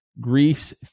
Greece